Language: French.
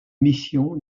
mission